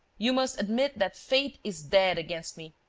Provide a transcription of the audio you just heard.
you must admit that fate is dead against me.